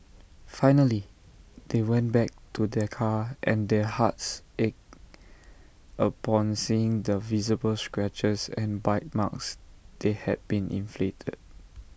finally they went back to their car and their hearts ached upon seeing the visible scratches and bite marks that had been inflicted